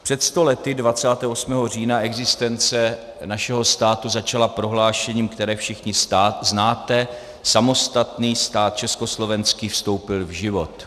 Před sto lety 28. října existence našeho státu začala prohlášením, které všichni znáte: Samostatný stát československý vstoupil v život.